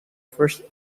first